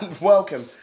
Welcome